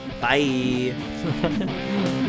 Bye